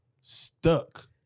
stuck